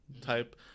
type